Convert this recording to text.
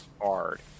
hard